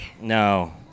No